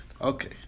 Okay